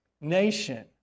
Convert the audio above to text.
nation